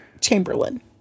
Chamberlain